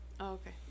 Okay